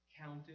counted